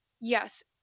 yes